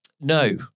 no